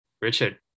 richard